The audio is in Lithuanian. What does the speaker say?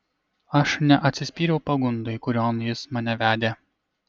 aš neatsispyriau pagundai kurion jis mane vedė